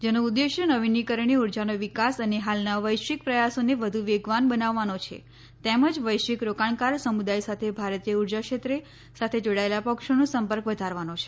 જેનો ઉદેશ્ય નવીનીકરણીય ઉર્જાનો વિકાસ અને હાલના વૈશ્વિક પ્રયાસોને વધુ વેગવાન બનાવવાનો છે તેમજ વૈશ્વિક રોકાણકાર સમુદાય સાથે ભારતીય ઉર્જા ક્ષેત્ર સાથે જોડાયેલા પક્ષોનો સંપર્ક વધારવાનો છે